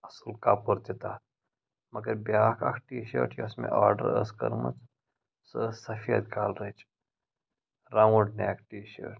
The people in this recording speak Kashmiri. اَصٕل کَپُر تہِ تَتھ مگر بیٛاکھ اَکھ ٹی شٲٹ یۄس مےٚ آرڈر ٲس کٔرمٕژ سۄ ٲس سفید کَلرٕچ راوُنٛڈ نٮ۪ک ٹی شٲٹ